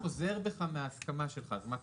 אם אתה חוזר בך מההסכמה שלך, מה קורה?